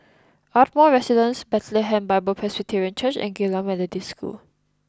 Ardmore Residence Bethlehem Bible Presbyterian Church and Geylang Methodist School